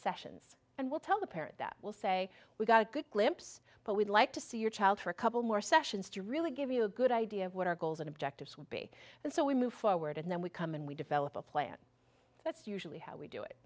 sessions and we'll tell the parent that will say we've got a good glimpse but we'd like to see your child for a couple more sessions to really give you a good idea of what our goals and objectives would be and so we move forward and then we come and we develop a plan that's usually how we do it